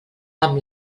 amb